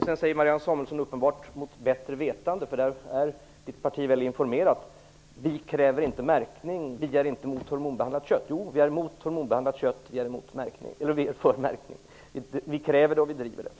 Sedan säger Marianne Samuelsson, uppenbarligen mot bättre vetande, för där är hennes parti väl informerat, att vi inte skulle kräva märkning och vara mot hormonbehandlat kött. Jo, vi är mot hormonbehandlat kött och vi är för märkning. Vi kräver detta, och vi driver frågan.